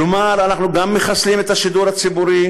כלומר, אנחנו גם מחסלים את השידור הציבורי,